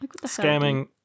scamming